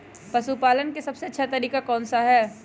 पशु पालन का सबसे अच्छा तरीका कौन सा हैँ?